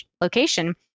location